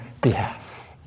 behalf